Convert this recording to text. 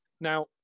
Now